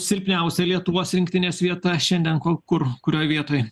silpniausia lietuvos rinktinės vieta šiandien kur kurioj vietoj